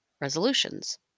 resolutions